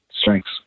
strengths